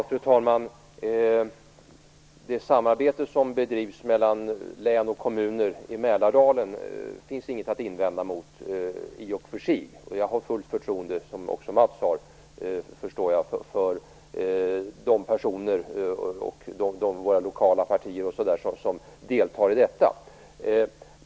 Fru talman! Det finns i och för sig inget att invända mot det samarbete som bedrivs mellan län och kommuner i Mälardalen. Jag har fullt förtroende för de personer och lokala partier som deltar i detta, och jag förstår att även Mats Berglind har det.